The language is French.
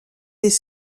des